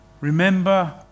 Remember